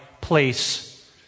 place